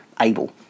able